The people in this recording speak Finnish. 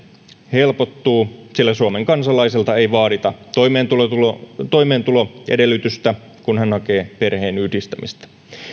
helpottuu sillä suomen kansalaiselta ei vaadita toimeentuloedellytystä toimeentuloedellytystä kun hän hakee perheenyhdistämistä